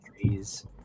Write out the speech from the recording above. trees